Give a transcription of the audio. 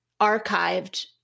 archived